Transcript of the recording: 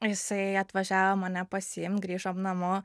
jisai atvažiavo mane pasiimt grįžom namo